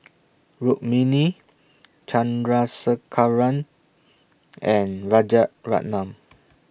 Rukmini Chandrasekaran and Rajaratnam